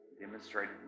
Demonstrated